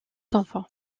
enfants